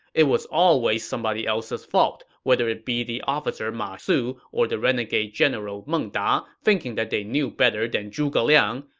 it was always somebody else's fault, whether it be the officer ma su or the renegade general meng da thinking they knew better than zhuge liang,